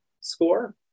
score